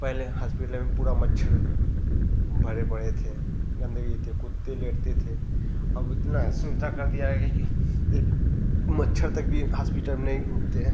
पहले हास्पिटल में पूरा मच्छर भरे पड़े थे गंदगी थे कुत्ते लेटते थे अब इतना सुविधा कर दिया गया है कि एक मच्छर तक भी हास्पिटल में नहीं उगते हैं